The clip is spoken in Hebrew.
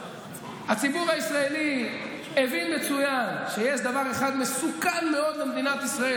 הציבור הישראלי הבין מצוין שיש דבר אחד מסוכן מאוד למדינת ישראל,